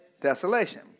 Desolation